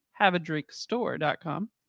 haveadrinkstore.com